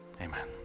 Amen